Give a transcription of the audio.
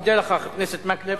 אני מודה לך, חבר הכנסת מקלב.